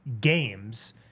games